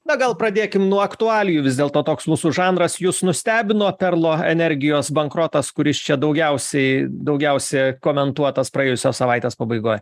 na gal pradėkim nuo aktualijų vis dėlto toks mūsų žanras jus nustebino perlo energijos bankrotas kuris čia daugiausiai daugiausia komentuotas praėjusios savaitės pabaigoj